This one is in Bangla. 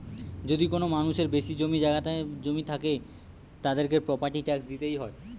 যদি কোনো মানুষের বেশি জমি জায়গা থাকে, তাদেরকে প্রপার্টি ট্যাক্স দিইতে হয়